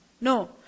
No